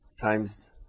times